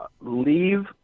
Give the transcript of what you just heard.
leave